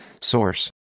Source